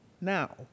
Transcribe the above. now